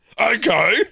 Okay